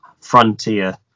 frontier